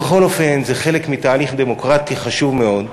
ובכל אופן, זה חלק מתהליך דמוקרטי חשוב מאוד,